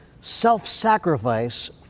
self-sacrifice